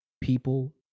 people